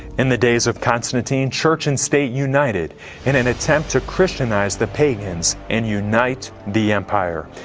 in the days of constantine church and state united in an attempt to christianize the pagans and unite the empire.